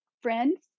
friends